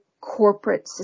corporate